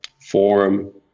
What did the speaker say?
forum